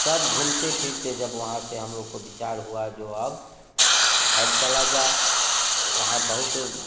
सब घूमते फिरते जब वहाँ से हम लोग का विचार हुआ जो अब घर चला जाए यहाँ बहुत